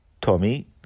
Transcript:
Tommy